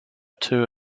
two